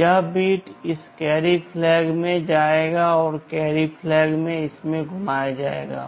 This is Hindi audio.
यह बिट इस कैरी फ़्लैग में जाएगा और कैरी फ़्लैग को इसमें घुमाया जाएगा